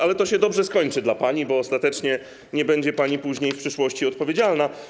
Ale to się dobrze skończy dla pani, bo ostatecznie nie będzie pani później w przyszłości odpowiedzialna.